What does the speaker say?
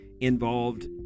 involved